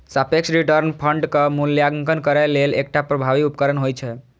सापेक्ष रिटर्न फंडक मूल्यांकन करै लेल एकटा प्रभावी उपकरण होइ छै